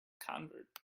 convert